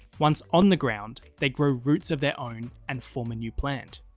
once on the ground, they grow roots of their own, and form a new plant.